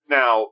now